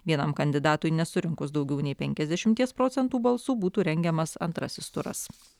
vienam kandidatui nesurinkus daugiau nei penkiasdešimties procentų balsų būtų rengiamas antrasis turas